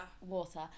water